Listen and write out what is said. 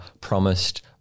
promised